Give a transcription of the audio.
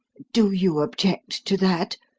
do you object to that,